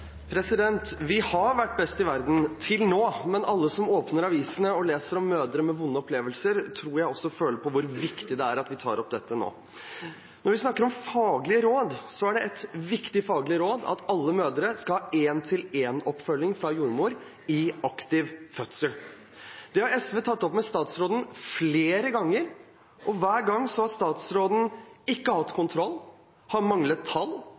Vi har vært best i verden – til nå. Men alle som åpner avisene og leser om mødre med vonde opplevelser, tror jeg også føler på hvor viktig det er at vi tar opp dette nå. Når vi snakker om faglige råd, er et viktig faglig råd at alle mødre i aktiv fødsel skal ha én-til-én-oppfølging av jordmor. Det har SV tatt opp med statsråden flere ganger, og hver gang har statsråden ikke hatt kontroll, har manglet tall,